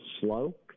slow